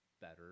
better